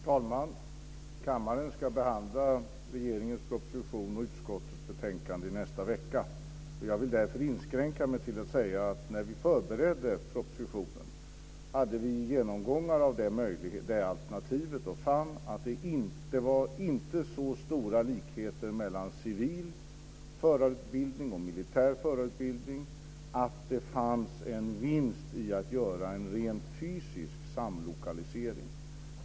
Herr talman! Kammaren ska behandla regeringens proposition och utskottets betänkande i nästa vecka. Jag vill därför inskränka mig till att säga att när vi förberedde propositionen hade vi genomgångar av detta alternativ och fann att det inte var så stora likheter mellan civil förarutbildning och militär förarutbildning att det fanns en vinst i att göra en rent fysisk samlokalisering.